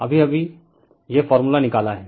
अभी अभी यह फार्मूला निकाला है